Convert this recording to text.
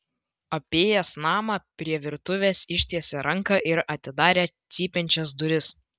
apėjęs namą prie virtuvės ištiesė ranką ir atidarė cypiančias duris